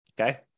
okay